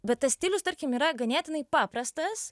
bet tas stilius tarkim yra ganėtinai paprastas